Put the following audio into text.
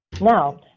Now